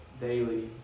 daily